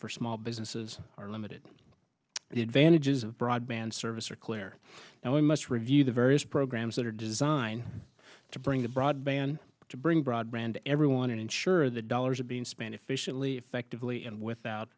for small businesses are limited the advantages of broadband service are clear now we must review the various programs that are designed to bring to broadband to bring broadband everyone and ensure the dollars are being spent efficiently effectively and without